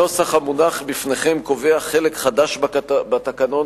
הנוסח המונח בפניכם קובע חלק חדש בתקנון,